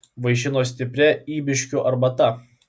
vaišino stipria ybiškių arbata